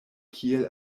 kiel